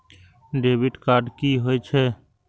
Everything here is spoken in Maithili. डेबिट कार्ड की होय छे?